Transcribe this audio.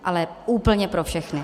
Ale úplně pro všechny.